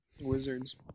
Wizards